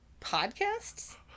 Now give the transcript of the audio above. podcasts